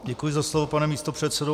Děkuji za slovo, pane místopředsedo.